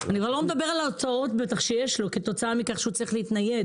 אני כבר לא מדברת על ההוצאות שבטח יש לו כתוצאה מכך שהוא צריך להתנייד,